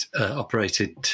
operated